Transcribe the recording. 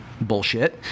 bullshit